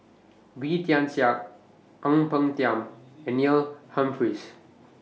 Wee Tian Siak Ang Peng Tiam and Neil Humphreys